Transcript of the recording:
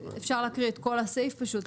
אפשר להקריא את כל הסעיף פשוט.